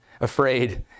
afraid